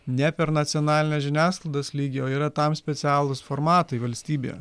ne per nacionalinę žiniasklaidos lygį o yra tam specialūs formatai valstybėje